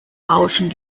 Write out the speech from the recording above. rauschen